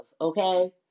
okay